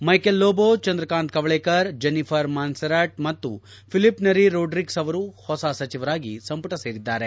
ಮ್ನೆಕೇಲ್ Lobo Chandrakant Kavlekar Jennifer Monserrate ಮತ್ತು Philip Neri Rodrigues ಅವರು ಹೊಸ ಸಚಿವರಾಗಿ ಸಂಪುಟ ಸೇರಿದ್ದಾರೆ